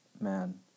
man